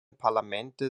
parlamente